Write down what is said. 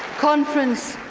conference,